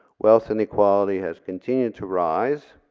wealth and equality has continued to rise